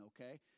okay